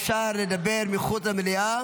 אפשר לדבר מחוץ למליאה,